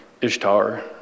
ishtar